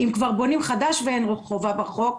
אם כבר כשבונים חדש אין חובה בחוק,